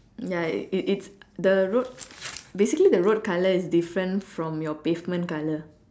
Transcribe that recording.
ya it it's the road basically the road colour is different from your pavement colour